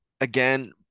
again